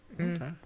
Okay